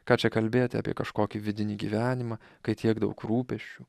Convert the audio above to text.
ką čia kalbėti apie kažkokį vidinį gyvenimą kai tiek daug rūpesčių